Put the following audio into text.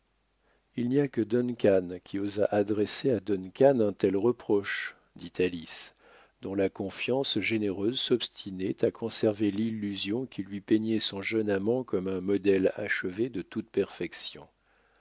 il n'y a que duncan qui osât adresser à duncan un tel reproche dit alice dont la confiance généreuse s'obstinait à conserver l'illusion qui lui peignait son jeune amant comme un modèle achevé de toute perfection